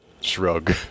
Shrug